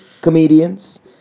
comedians